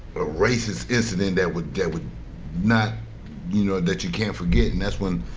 a racist incident that would that would not you know, that you can't forget. and that's when,